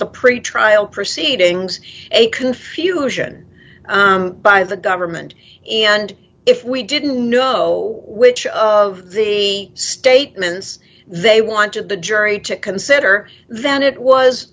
the pretrial proceedings a confusion by the government and if we didn't know which of the statements they wanted the jury to consider then it was